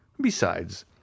Besides